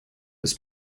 his